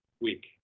week